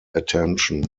attention